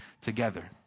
together